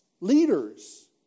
leaders